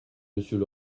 monsieur